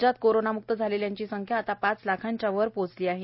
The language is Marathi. राज्यात कोरोनामुक्त झालेल्यांची संख्या आता पाच लाखाच्या वर पोचली आहे